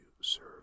serve